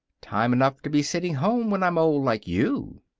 time enough to be sittin' home when i'm old like you.